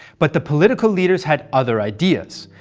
but the political leaders had other ideas,